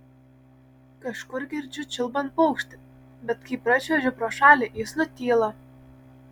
kažkur girdžiu čiulbant paukštį bet kai pračiuožiu pro šalį jis nutyla